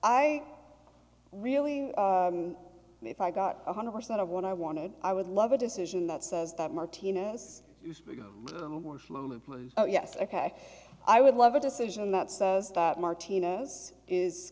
i really if i got one hundred percent of what i wanted i would love a decision that says that martinez oh yes ok i would love a decision that says that martinez is